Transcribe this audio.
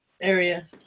area